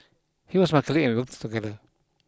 he was my colleague and we worked together